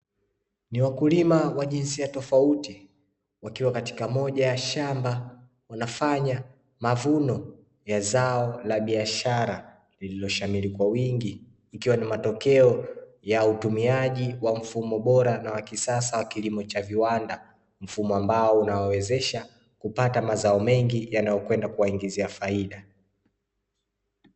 Niwakulima wa aina tofauti wakiwa katika moja ya shamba, wanafanya mavuno ya zao la biashara lililoshamiri kwa wingi. Ikiwa ni matokeo ya utumiaji wa mfumo bora na wa kisasa wa kilimo cha viwanda, mfumo ambao unawawezesha kupata mazao mengi yanayokwenda kuwaingizia faida.